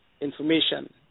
information